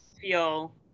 feel